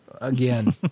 Again